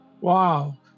Wow